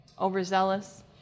overzealous